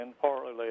partly